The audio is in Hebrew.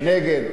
נגד.